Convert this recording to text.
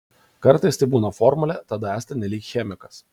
kartais tai būna formulė tada esate nelyg chemikas